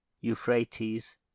Euphrates